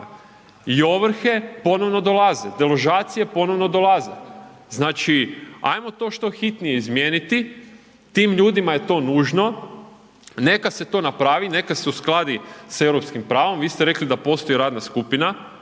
I ovrhe ponovno dolaze, deložacije ponovno dolaze. Znači, hajmo to što hitnije izmijeniti, tim ljudima je to nužno, neka se to napravi i nekad se uskladi s europskim pravom, vi ste rekli da postoji radna skupina,